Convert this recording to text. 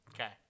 Okay